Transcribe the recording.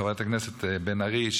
חברת הכנסת בן ארי,